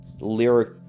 lyric